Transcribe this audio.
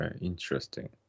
Interesting